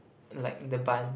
like the bun